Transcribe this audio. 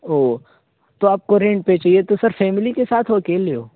اوہ تو آپ کو رینٹ پہ چاہیے تو سر فیملی کے ساتھ ہو اکیلے ہو